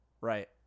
Right